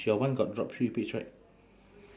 your one got drop three peach right